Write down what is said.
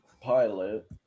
pilot